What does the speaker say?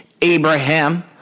Abraham